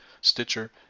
Stitcher